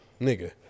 nigga